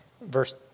verse